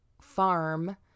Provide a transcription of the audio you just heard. farm